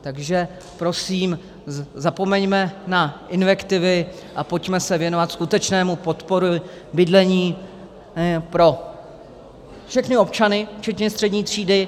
Takže prosím, zapomeňme na invektivy a pojďme se věnovat skutečné podpoře bydlení pro všechny občany včetně střední třídy.